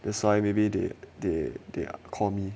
that's why maybe they they they call me